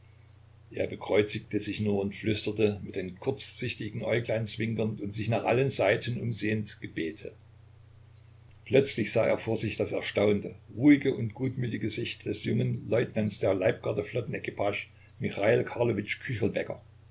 er bekreuzigte sich nur und flüsterte mit den kurzsichtigen äuglein zwinkernd und sich nach allen seiten umsehend gebete plötzlich sah er vor sich das erstaunte ruhige und gutmütige gesicht des jungen leutnants der leibgarde flottenequipage michal